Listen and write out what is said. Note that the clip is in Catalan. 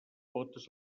potes